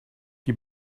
die